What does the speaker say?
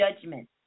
judgment